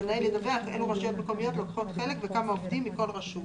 המנהל ידווח אילו רשויות מקומיות לוקחות חלק וכמה עובדים בכל רשות.